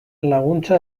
laguntza